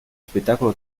spettacolo